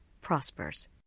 prospers